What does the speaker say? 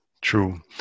True